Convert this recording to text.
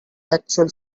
actual